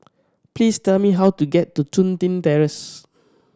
please tell me how to get to Chun Tin Terrace